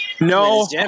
No